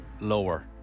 Lower